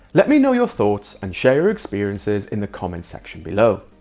let me know your thoughts and share your experiences in the comment section below.